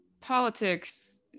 politics